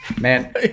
Man